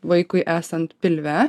vaikui esant pilve